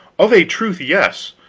of a truth, yes.